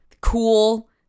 Cool